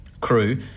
crew